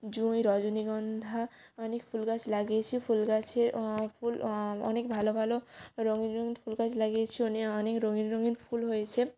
জুঁই রজনীগন্ধা অনেক ফুল গাছ লাগিয়েছি ফুল গাছে ফুল অনেক ভালো ভালো রঙিন রঙিন ফুল গাছ লাগিয়েছি মানে অনেক রঙিন রঙিন ফুল হয়েছে